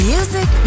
Music